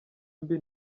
mbi